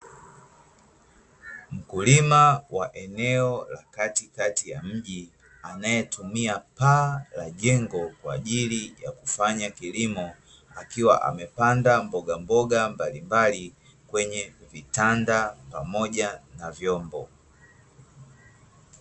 Mkulima wa eneo la katikati ya mji anaetumia paa la jengo, kwa ajili ya kufanya kilimo akiwa amepanda mboga mboga mbalimbali kwenye vitanda pamoja na vyombo.